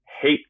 hate